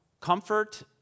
Comfort